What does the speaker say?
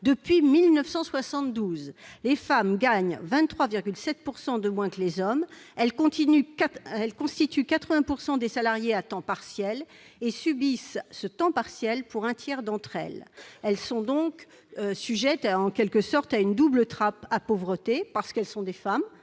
depuis 1972, les femmes gagnent 23,7 % de moins que les hommes, elles constituent 80 % des salariés à temps partiel et subissent ce temps partiel pour un tiers d'entre elles. Elles sont donc sujettes en quelque sorte à une double trappe à pauvreté : parce qu'elles sont des femmes,